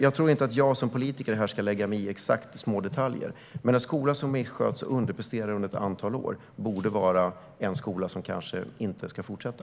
Jag tror inte att jag som politiker ska lägga mig i smådetaljer, men en skola som missköts och underpresterar under ett antal år borde kanske inte fortsätta.